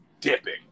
dipping